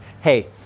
Hey